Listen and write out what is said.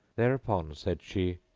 thereupon said she,